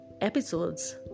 episodes